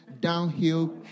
downhill